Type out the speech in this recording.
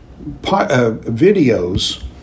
videos